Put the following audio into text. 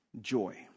joy